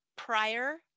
prior